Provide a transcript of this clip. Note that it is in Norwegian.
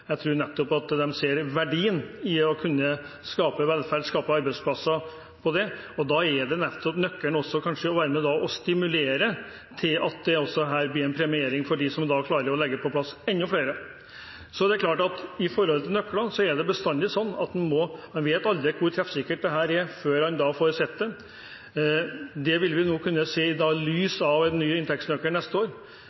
Jeg tror nettopp at de ser verdien i å kunne skape velferd, skape arbeidsplasser. Da er nøkkelen kanskje å være med og stimulere til at det også blir en premiering av dem som klarer å få på plass enda flere arbeidsplasser. Når det gjelder nøkler, er det bestandig sånn at en aldri vet hvor treffsikkert det er før en får sett det. Det vil vi nå kunne se – i lys av en ny inntektsnøkkel neste år